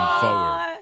forward